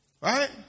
right